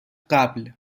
قبل